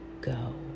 go